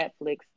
Netflix